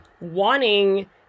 wanting